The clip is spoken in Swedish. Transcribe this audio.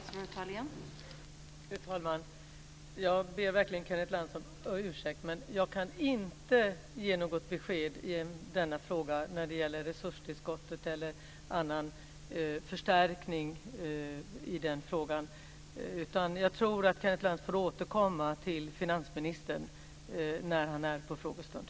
Fru talman! Jag ber verkligen Kenneth Lantz om ursäkt, men jag kan inte ge något besked när det gäller resurstillskott eller annan förstärkning i denna fråga. Kenneth Lantz får återkomma till finansministern när han är med på frågestunden.